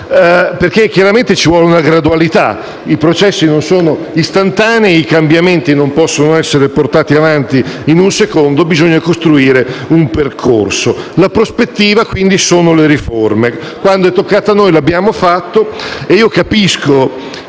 occasione. Occorre gradualità, i processi non sono istantanei, i cambiamenti non possono essere portati avanti in un secondo, bisogna costruire un percorso. La prospettiva quindi è data dalle riforme e, quando è toccato a noi, lo abbiamo fatto. Capisco